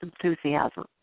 enthusiasm